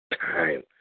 time